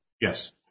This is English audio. Yes